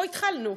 פה התחלנו.